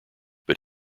but